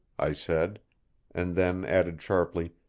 i said and then added sharply,